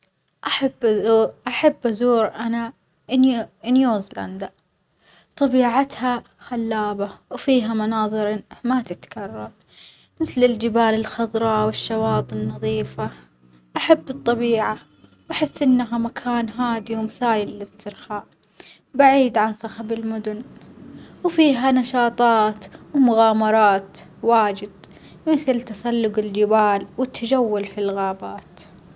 أحب أزو أحب أزور أنا نيو نيوزلاندا، طبيعتها خلابة وفيها مناظر ما تتكرر مثل الجبال الخظراء والشواطئ النظيفة، أحب الطبيعة وأحس إنها مكان هادي ومثالي للإسترخاء بعيد عن صخب المدن، وفيها نشاطات ومغامرات واجد مثل تسلج الجبال والتجول في الغابات.